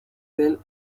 del